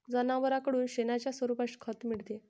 जनावरांकडून शेणाच्या स्वरूपात खत मिळते